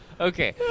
Okay